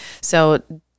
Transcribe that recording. So-